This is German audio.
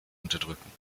unterdrücken